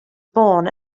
born